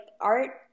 art